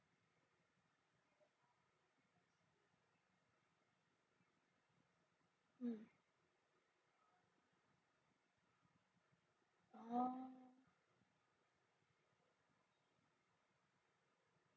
mm